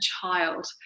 child